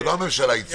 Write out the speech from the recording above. את זה לא הממשלה הציעה.